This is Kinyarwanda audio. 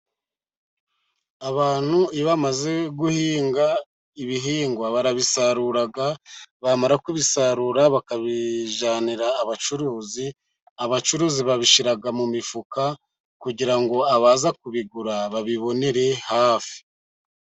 Abantu iyo bamaze guhinga, ibihingwa barabisarura bamara kubisarura bakabijyanira abacuruzi, abacuruzi babishyira mu mifuka, kugira ngo abaza kubigura babibonere hafi.